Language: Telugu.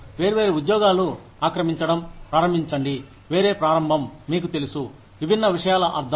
వేర్వేరు ఉద్యోగాలు ఆక్రమించడం ప్రారంభించండి వేరే ప్రారంభం మీకు తెలుసు విభిన్న విషయాల అర్థం